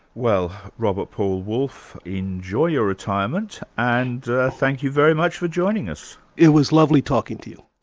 well robert paul wolff, enjoy your retirement, and thank you very much for joining us. it was lovely talking to you.